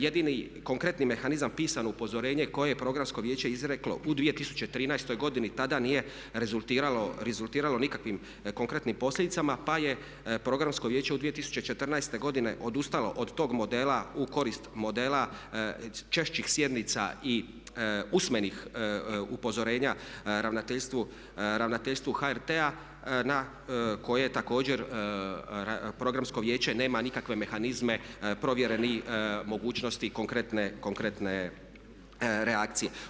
Jedini konkretni mehanizam pisano upozorenje koje je programsko vijeće izreklo u 2013.godini tada nije rezultiralo nikakvim konkretnim posljedicama pa je programsko vijeće u 2014. godine odustalo od tog modela u korist modela češćih sjednica i usmenih upozorenja ravnateljstvu HRT-a na koje je također Programsko vijeće nema nikakve mehanizme provjerenih mogućnosti konkretne reakcije.